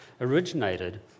originated